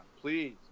please